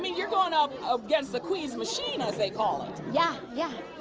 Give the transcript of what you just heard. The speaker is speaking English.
you're going up against the queens machine, as they call it. yeah, yeah.